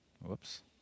Whoops